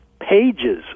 pages